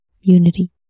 Unity